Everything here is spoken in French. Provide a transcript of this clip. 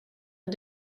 est